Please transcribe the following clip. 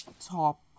top